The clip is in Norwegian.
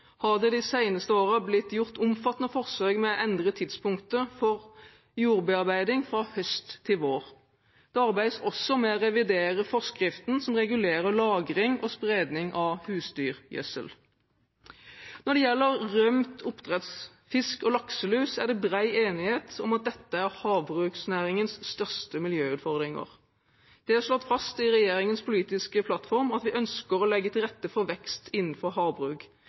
det de seneste årene blitt gjort omfattende forsøk med å endre tidspunktet for jordbearbeiding fra høst til vår. Det arbeides også med å revidere forskriften som regulerer lagring og spredning av husdyrgjødsel. Når det gjelder rømt oppdrettsfisk og lakselus, er det bred enighet om at dette er havbruksnæringens største miljøutfordringer. Det er slått fast i regjeringens politiske plattform at vi ønsker å legge til rette for vekst innenfor havbruk.